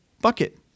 bucket